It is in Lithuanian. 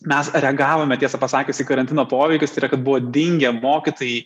mes reagavome tiesą pasakius į karantino poveikius tai yra kad buvo dingę mokytojai